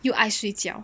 又爱睡觉